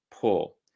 pull